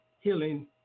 healing